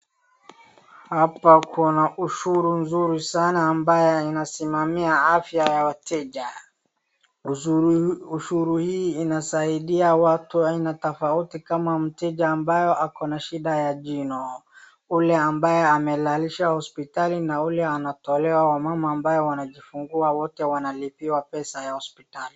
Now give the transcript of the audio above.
Hapa kuna ushuru nzuri sana ambaye inasimamia afya ya wateja. Ushuru hii inasaidia watu aina tofauti kama mteja ambaye ako na shida ya jino. Yule ambaye amelalisha hospitali na ule anatolea wamama ambao wanajifungua wote wanalipiwa pesa ya hospitali.